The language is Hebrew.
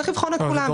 צריך לבחון את כולם.